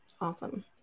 awesome